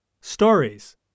Stories